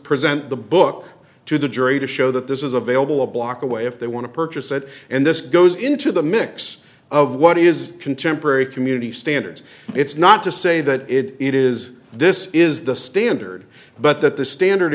present the book to the jury to show that this is available a block away if they want to purchase it and this goes into the mix of what is contemporary community standards it's not to say that it is this is the standard but that the standard